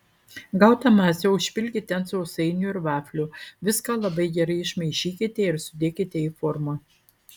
gautą masę užpilkite ant sausainių ir vaflių viską labai gerai išmaišykite ir sudėkite į formą